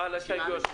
על ההסתייגויות.